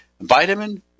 vitamin